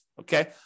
okay